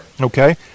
Okay